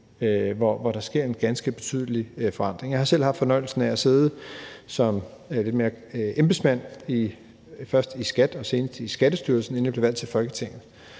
hvor der sker en ganske betydelig forandring. Jeg har selv haft fornøjelsen af at sidde med som embedsmand – først i SKAT og senest i Skattestyrelsen – inden jeg blev valgt til Folketinget.